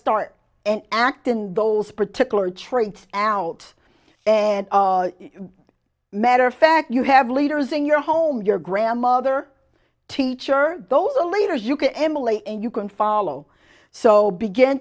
start and act in those particular traits out and matter of fact you have leaders in your home your grandmother teacher those the leaders you can emulate and you can follow so begin